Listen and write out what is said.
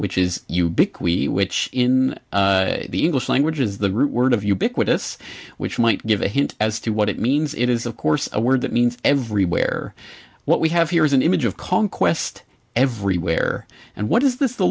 ubiquity which in the english language is the root word of ubiquitous which might give a hint as to what it means it is of course a word that means everywhere what we have here is an image of conquest everywhere and what is this the